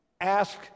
ask